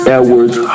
Edwards